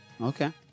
okay